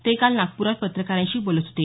ते काल नागपुरात पत्रकारांशी बोलत होते